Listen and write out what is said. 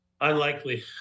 Unlikely